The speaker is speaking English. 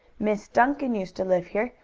miss duncan used to live here,